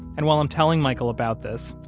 and while i'm telling michael about this,